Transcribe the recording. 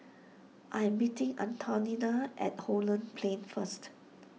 I'm meeting Antonina at Holland Plain first